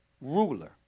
ruler